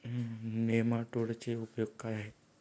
नेमाटोडचे उपयोग काय आहेत?